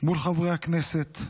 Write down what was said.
מול חברי הכנסת.